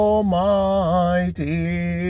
Almighty